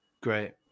great